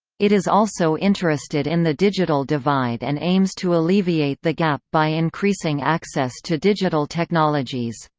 it is also interested in the digital divide and aims to alleviate the gap by increasing access to digital technologies.